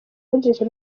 yinjije